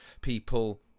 people